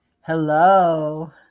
Hello